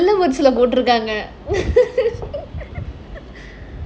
they now live would go to the gang eh